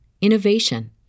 innovation